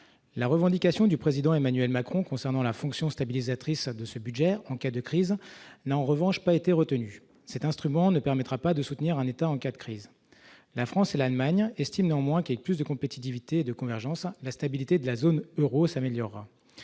la revendication du président Emmanuel Macron concernant la fonction stabilisatrice de ce budget en cas de crise n'a en revanche pas été retenu cet instrument ne permettra pas de soutenir un État en cas de crise la France et l'Allemagne estime néanmoins qu'avec plus de compétitivité de convergence à la stabilité de la zone Euro s'améliorent,